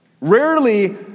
Rarely